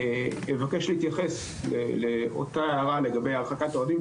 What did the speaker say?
אבקש להתייחס לאותה הערה לגבי הרחקת אוהדים,